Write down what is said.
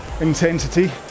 intensity